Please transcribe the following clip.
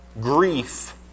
grief